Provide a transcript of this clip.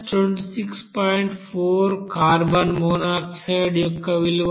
4 carbon monoxide యొక్క విలువ